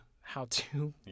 how-to